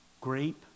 grape